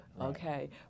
okay